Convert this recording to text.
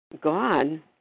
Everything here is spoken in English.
god